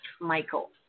Michael